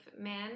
men